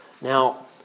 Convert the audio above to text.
Now